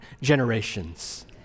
generations